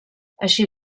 així